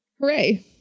hooray